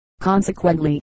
consequently